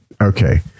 okay